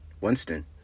Winston